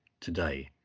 today